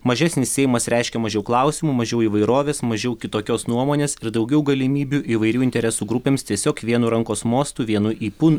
mažesnis seimas reiškia mažiau klausimų mažiau įvairovės mažiau kitokios nuomonės ir daugiau galimybių įvairių interesų grupėms tiesiog vienu rankos mostu vienu ypu